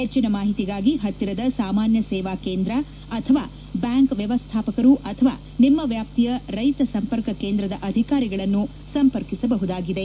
ಹೆಚ್ಚಿನ ಮಾಹಿತಿಗಾಗಿ ಪತ್ತಿರದ ಸಾಮಾನ್ಯ ಸೇವಾ ಕೇಂದ್ರ ಅಥವಾ ಬ್ಯಾಂಕ್ ವ್ಯವಸ್ಥಾಪಕರು ಅಥವಾ ನಿಮ್ಮ ವ್ಯಾಪ್ತಿಯ ರೈತ ಸಂಪರ್ಕ ಕೇಂದ್ರದ ಅಧಿಕಾರಿಗಳನ್ನು ಸಂಪರ್ಕಿಸಬಹುದಾಗಿದೆ